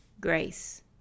Grace